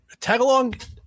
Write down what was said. Tagalong